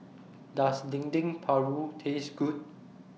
Does Dendeng Paru Taste Good